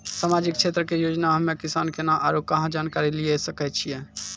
समाजिक क्षेत्र के योजना हम्मे किसान केना आरू कहाँ जानकारी लिये सकय छियै?